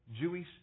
Jewish